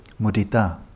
mudita